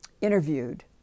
interviewed